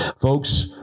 Folks